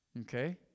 Okay